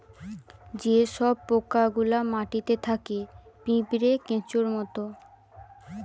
যে সব পোকা গুলা মাটিতে থাকে পিঁপড়ে, কেঁচোর মত